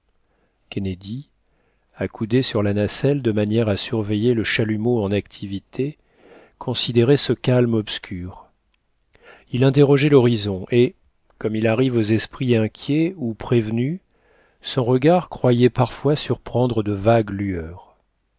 kennedy accoudé sur la nacelle de manière à surveiller le chalumeau en activité considérait ce calme obscur il interrogeait l'horizon et comme il arrive aux esprits inquiets ou prévenus son regard croyait parfois surprendre de vagues lueurs